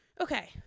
Okay